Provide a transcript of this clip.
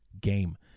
game